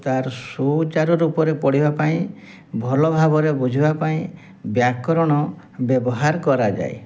ତାର ସୂଚାର ରୂପରେ ପଢ଼ିବା ପାଇଁ ଭଲ ଭାବରେ ବୁଝିବା ପାଇଁ ବ୍ୟାକରଣ ବ୍ୟବହାର କରାଯାଏ